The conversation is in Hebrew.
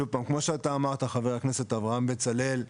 החשש שלך, חבר הכנסת אברהם בצלאל,